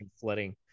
flooding